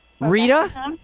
Rita